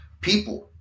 people